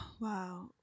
Wow